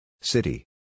City